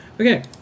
Okay